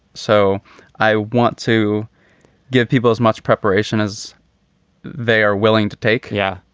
so i want to give people as much preparation as they are willing to take. yeah,